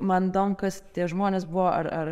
man įdomu kas tie žmonės buvo ar ar